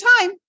time